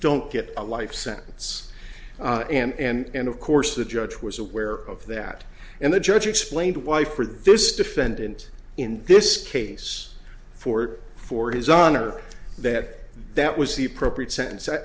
don't get a life sentence and of course the judge was aware of that and the judge explained why for this defendant in this case for for his honor that that was the appropriate sentence